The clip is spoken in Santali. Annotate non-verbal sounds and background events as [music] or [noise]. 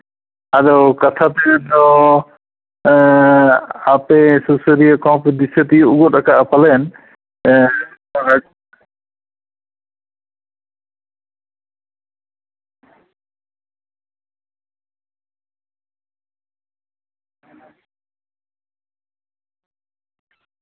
ᱟᱫᱚ ᱠᱟᱛᱷᱟ ᱛᱮᱫ ᱫᱚ ᱟᱯᱮ ᱥᱩᱥᱟᱹᱨᱤᱭᱟᱹ ᱠᱚᱦᱚᱸ ᱯᱮ ᱫᱤᱥᱟᱹ ᱛᱤᱭᱳᱜ ᱜᱚᱫ ᱠᱟᱜᱼᱟ ᱯᱟᱞᱮᱱ [unintelligible]